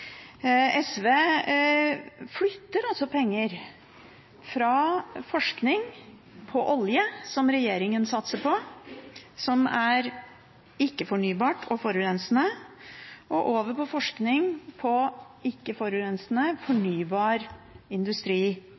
SV flytter altså penger fra forskning på olje, som regjeringen satser på – som er ikke-fornybar og forurensende – og over til forskning på ikke-forurensende fornybart innen industri-